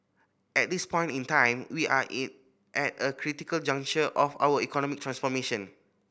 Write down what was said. at this point in time we are in at a critical juncture of our economic transformation